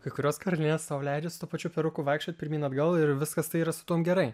kai kurios karalienės sau leidžia su tuo pačiu peruku vaikščiot pirmyn atgal ir viskas tai yra su tuom gerai